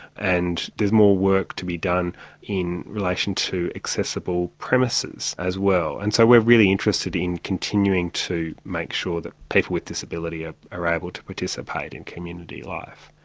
and there is more work to be done in relation to accessible premises as well. and so we're really interested in continuing to make sure that people with disability ah are able to participate in community life.